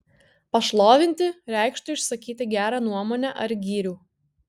pašlovinti reikštų išsakyti gerą nuomonę ar gyrių